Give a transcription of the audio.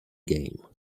game